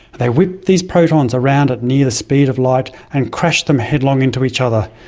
they whip these protons around at near the speed of light, and crash them headlong into each other.